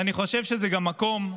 ואני חושב שזה גם מקום,